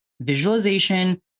visualization